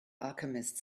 alchemist